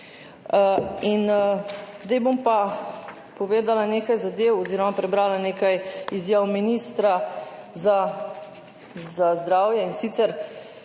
Zdaj bom pa povedala nekaj zadev oziroma prebrala nekaj izjav ministra za zdravje. In sicer,